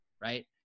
right